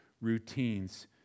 routines